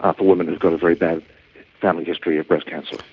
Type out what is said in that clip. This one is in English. ah for women who've got a very bad family history of breast cancer.